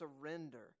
surrender